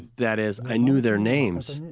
that is, i knew their names,